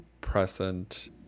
present